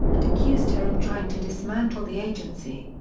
and accused her of trying to dismantle the agency.